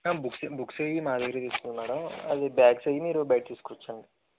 ma'am books books అవి మా దగ్గర తీసుకోండి మేడం అది బ్యాగ్స్ అవి మీరు బైట తీసుకోవచ్చండి